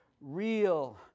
real